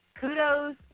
Kudos